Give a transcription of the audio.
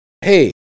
hey